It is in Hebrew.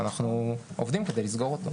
ואנחנו עובדים כדי לסגור אותו.